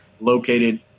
located